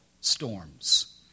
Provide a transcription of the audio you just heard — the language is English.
storms